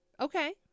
Okay